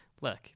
look